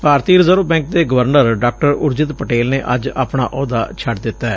ਭਾਰਤੀ reserve bank ਦੇ governor ਡਾ ਉਰਜਿਤ ਪਟੇਲ ਨੇ ਅੱਜ ਆਪਣਾ ਅਹੁਦਾ ਛੱਡ ਦਿੱਤੈ